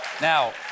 now